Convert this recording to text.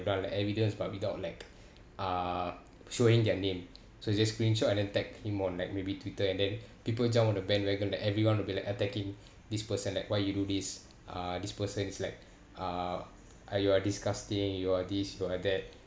done like evidence but without like uh showing their name so just screenshot and then tag him on like maybe twitter and then people jump on the bandwagon then everyone will be like attacking this person like why you do this uh this person is like uh uh you are disgusting you are this you are that